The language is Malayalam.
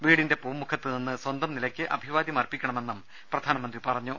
വീടിന്റെ പൂമുഖത്തുനിന്ന് സ്വന്തം നിലയ്ക്ക് അഭിവാദ്യമർപ്പിക്കണമെന്നും പ്രധാനമന്ത്രി പറഞ്ഞു